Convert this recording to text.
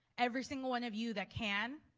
every single one of you that can,